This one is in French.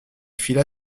fila